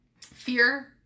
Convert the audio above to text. fear